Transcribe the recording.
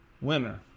winner